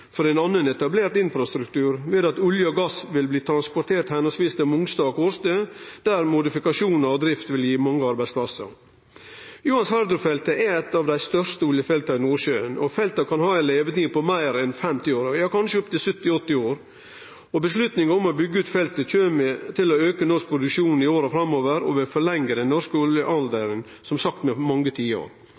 og ein ser at Johan Sverdrup-feltet også blir viktig for annan etablert infrastruktur ved at olje og gass vil bli transportert høvesvis til Mongstad og Kårstø, der modifikasjonar og drift vil gi mange arbeidsplassar. Johan Sverdrup-feltet er eit av dei største oljefelta i Nordsjøen, og feltet kan ha ei levetid på meir enn 50 år, ja kanskje opptil 70–80 år. Avgjerda om å byggje ut feltet kjem til å auke norsk produksjon i åra framover og vil som sagt forlengje den norske oljealderen med mange tiår.